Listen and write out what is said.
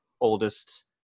oldest